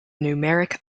numeric